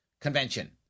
convention